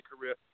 career